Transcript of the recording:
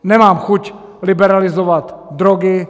Nemám chuť liberalizovat drogy.